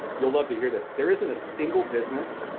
you'll love to hear this. there isn't a single business,